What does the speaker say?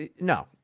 no